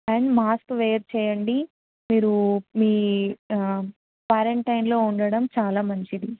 and mask వేరు చేయండి మీరు మీ క్వారంటైన్లో ఉండడం చాలా మంచిది